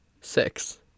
Six